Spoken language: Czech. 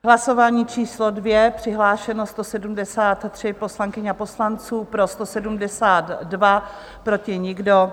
Hlasování číslo 2, přihlášeno 173 poslankyň a poslanců, pro 172, proti nikdo.